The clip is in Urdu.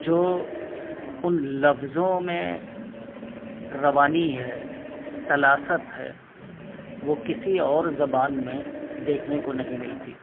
جو ان لفظوں میں روانی ہے سلاست ہے وہ کسی اور زبان میں دیکھنے کو نہیں ملتی